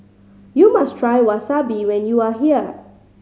you must try Wasabi when you are here